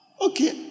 Okay